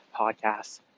podcast